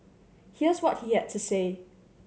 here's what he had to say